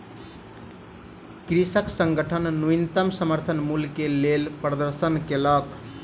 कृषक संगठन न्यूनतम समर्थन मूल्य के लेल प्रदर्शन केलक